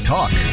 Talk